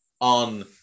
on